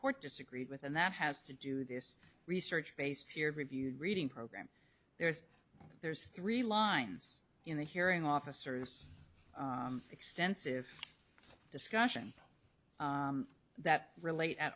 court disagreed with and that has to do this research based peer review reading program there's there's three lines in the hearing officers extensive discussion that relate at